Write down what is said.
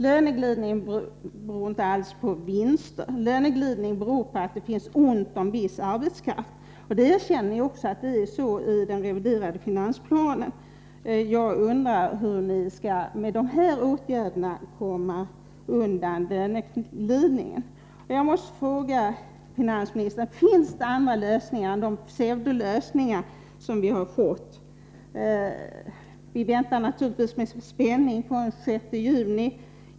Den beror ju inte alls på vinster utan på att det finns ont om viss arbetskraft. Att det är så erkänns också i den reviderade finansplanen. Jag undrar hur ni med dessa åtgärder skall komma undan löneglidningen. Jag måste fråga finansministern: Finns det andra lösningar än de pseudolösningar som vi har fått? Vi väntar naturligtvis med spänning på den 6 juni.